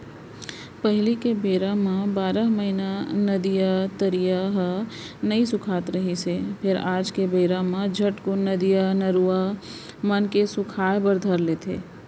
पहिली के बेरा म बारह महिना नदिया, तरिया ह नइ सुखावत रिहिस हे फेर आज के बेरा म झटकून नदिया, नरूवा मन ह सुखाय बर धर लेथे